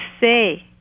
say